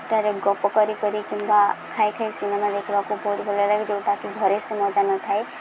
ଗପ କରି କରି କିମ୍ବା ଖାଇ ଖାଇ ସିନେମା ଦେଖିବାକୁ ବହୁତ ଭଲ ଲାଗେ ଯୋଉଟାକି ଘରେ ସେ ମଜା ନଥାଏ